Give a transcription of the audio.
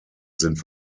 sind